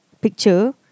picture